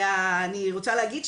ואני רוצה להגיד,